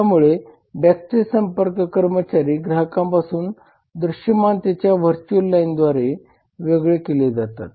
त्यामुळे बॅकस्टेज संपर्क कर्मचारी ग्राहकांपासून दृश्यमानतेच्या व्हर्च्युअल लाइनद्वारे वेगळे केले जातात